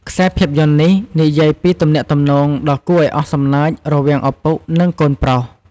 ខ្សែភាពយន្តនេះនិយាយពីទំនាក់ទំនងដ៏គួរឱ្យអស់សំណើចរវាងឪពុក និងកូនប្រុស។